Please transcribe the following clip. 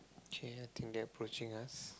actually I think they're approaching us